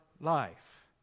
life